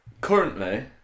Currently